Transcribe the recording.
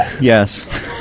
Yes